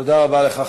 תודה רבה לך,